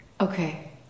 okay